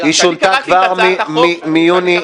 היא שונתה כבר מיוני